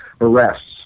arrests